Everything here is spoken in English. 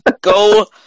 Go